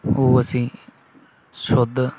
ਉਹ ਅਸੀਂ ਸ਼ੁੱਧ